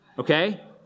Okay